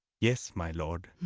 yes my lord!